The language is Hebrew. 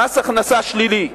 מס הכנסה שלילי.